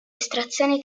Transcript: estrazione